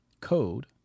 code